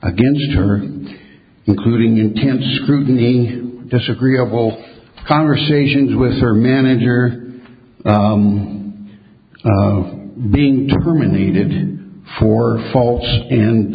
against her including intense scrutiny disagreeable conversations with her manager i'm being terminated for false and